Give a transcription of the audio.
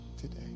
today